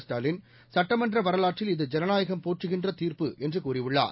ஸ்டாலின் சுட்டமன்ற வரலாற்றில் இது ஜனநாயகம் போற்றுகின்ற தீர்ப்பு என்று கூறியுள்ளார்